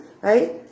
Right